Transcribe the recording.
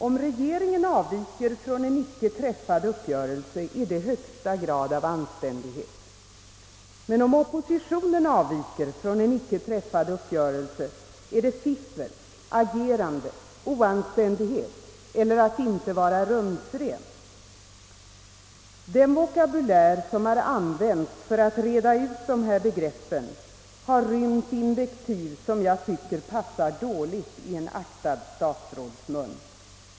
Om regeringen avviker från en icke träffad uppgörelse är det högsta grad av anständighet, men om oppositionen avviker från en icke träffad uppgörelse är det fiffel, agerande, oanständigt eller att inte vara rumsren. Den vokabulär som använts för att reda ut dessa begrepp har rymt invektiv, som jag tycker passar dåligt i en aktad statsrådsmun.